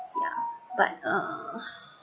yeah but uh